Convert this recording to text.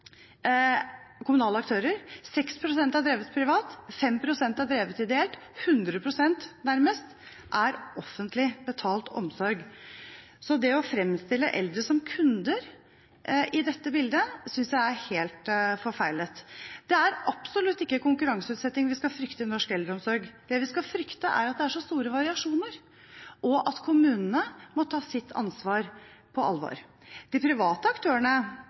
kommunale aktører, 6 pst. er drevet privat, 5 pst. er drevet ideelt, og nærmest 100 pst. er offentlig betalt omsorg. Så det å fremstille eldre som kunder i dette bildet, synes jeg er helt forfeilet. Det er absolutt ikke konkurranseutsetting vi skal frykte i norsk eldreomsorg. Det vi skal frykte, er at det er så store variasjoner. Kommunene må ta sitt ansvar på alvor. De private aktørene